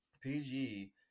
pg